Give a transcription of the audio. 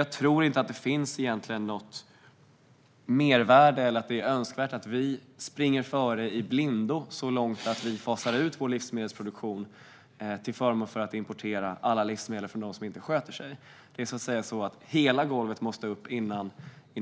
Jag tror inte att det är önskvärt eller att det finns något mervärde i att vi springer före i blindo så långt att vi fasar ut vår livsmedelsproduktion och i stället importerar alla livsmedel från dem som inte sköter sig. Hela golvet måste flyttas upp innan vi